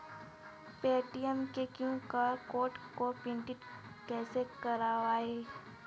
Paytm के QR code को print कैसे करवाएँ?